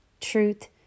truth